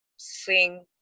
Sing